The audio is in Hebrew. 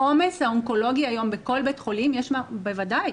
העומס האונקולוגי היום בכל בית חולים, בוודאי.